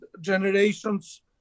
generations